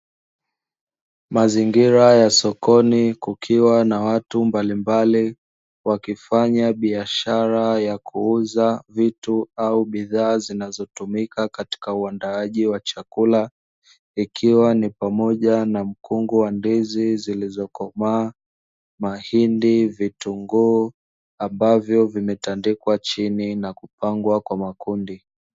Mazingira ya sokoni kukiwa na watu mbalimbali, wakifanya biashara ya kuuza vitu au bidhaa zinazotumika katika uandaaji wa chakula, ikiwa ni pamoja na mkungu wa ndizi zilizokomaa mahindi, vitunguu ambavyo vimetandikwa chini na kupangwa kwa makundi.